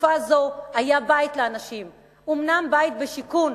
היה בית לאנשים, אומנם בית בשיכון,